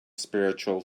spiritual